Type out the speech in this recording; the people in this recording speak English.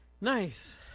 Nice